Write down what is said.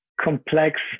complex